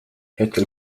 hetkel